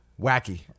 Wacky